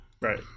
right